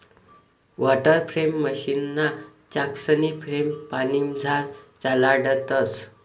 water frame मशीनना चाकसनी frame पानीमझार चालाडतंस